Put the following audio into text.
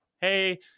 hey